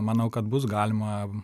manau kad bus galima